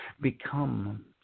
Become